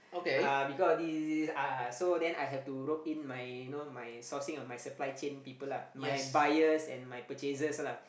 (uh huh) because of this this this this ah so then I have to rope in my you know my sourcing of my supply chain people lah my buyers and my purchasers lah